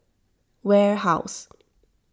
warehouse